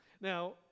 Now